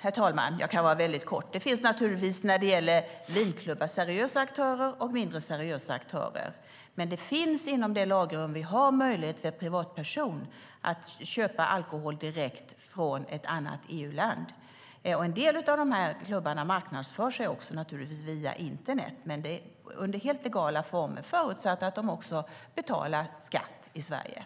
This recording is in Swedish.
Herr talman! Jag kan fatta mig väldigt kort. Det finns när det gäller vinklubbar seriösa aktörer och mindre seriösa aktörer. Det finns inom det lagrum vi har möjligheter för privatperson att köpa alkohol direkt från ett annat EU-land. En del av dessa klubbar marknadsför sig via internet. Det är under helt legala former förutsatt att de också betalar skatt i Sverige.